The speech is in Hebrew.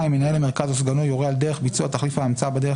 מנהל המרכז או סגנו יורה על דרך ביצוע תחליף ההמצאה בדרך